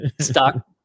stock